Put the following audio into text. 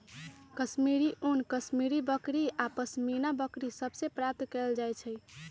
कश्मीरी ऊन कश्मीरी बकरि आऽ पशमीना बकरि सभ से प्राप्त कएल जाइ छइ